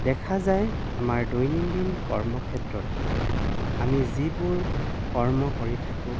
দেখা যায় আমাৰ দৈনন্দিন কৰ্মক্ষেত্ৰত আমি যিবোৰ কৰ্ম কৰি থাকোঁ